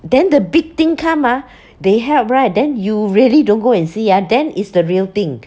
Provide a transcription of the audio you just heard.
then the big thing come ah they help right then you really don't go and see ah then is the real thing